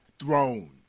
throne